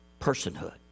personhood